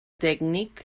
tècnic